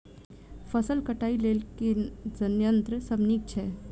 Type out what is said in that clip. फसल कटाई लेल केँ संयंत्र सब नीक छै?